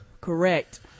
correct